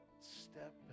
step